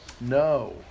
no